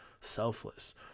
selfless